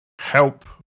help